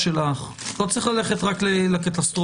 לא צריך ללכת רק לקטסטרופות.